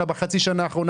בחצי השנה האחרונה,